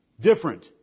Different